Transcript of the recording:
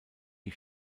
die